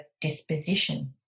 disposition